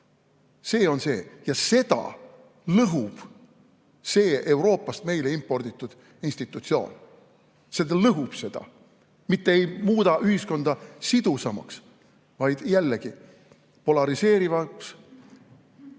See on see. Ja seda lõhub see Euroopast meile imporditud institutsioon. See lõhub seda, mitte ei muuda ühiskonda sidusamaks, vaid jällegi polariseerivaks,